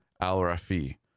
Al-Rafi